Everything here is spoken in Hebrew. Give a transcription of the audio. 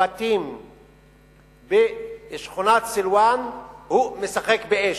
בתים בשכונת סילואן משחק באש,